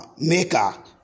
maker